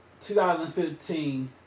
2015